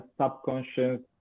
subconscious